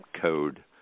code